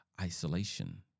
isolation